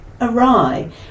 awry